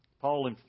Paul